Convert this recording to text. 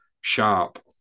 sharp